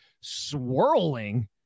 swirling